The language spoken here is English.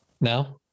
Now